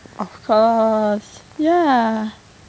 of course ya